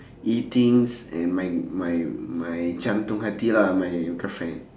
eatings and my my my jantung hati lah my girlfriend